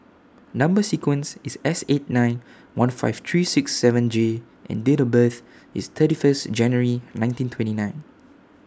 Number sequence IS S eight nine one five three six seven J and Date of birth IS thirty First January nineteen twenty nine